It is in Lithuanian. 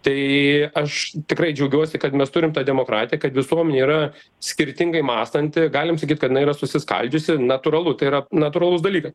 tai aš tikrai džiaugiuosi kad mes turim tą demokratiją kad visuomenė yra skirtingai mąstanti galim sakyt kad jinai yra susiskaldžiusi natūralu tai yra natūralus dalykas